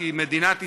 כי מדינת ישראל,